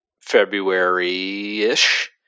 February-ish